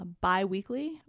bi-weekly